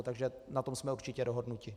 Takže na tom jsme určitě dohodnuti.